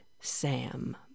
Sam